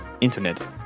internet